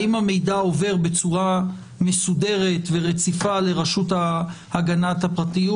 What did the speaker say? האם המידע עובר בצורה מסודרת ורציפה לרשות הגנת הפרטיות?